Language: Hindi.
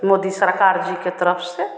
मोदी सरकार जी की तरफ़ से